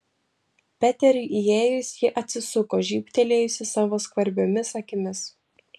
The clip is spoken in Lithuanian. peteriui įėjus ji atsisuko žybtelėjusi savo skvarbiomis akimis